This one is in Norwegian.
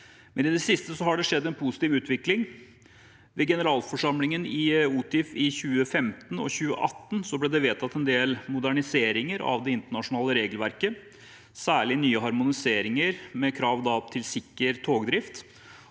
i det siste har det skjedd en positiv utvikling. Ved generalforsamlingene i OTIF i 2015 og 2018 ble det vedtatt en del moderniseringer av det internasjonale regelverket, særlig nye harmoniserte krav til sikker togdrift.